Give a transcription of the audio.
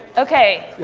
okay.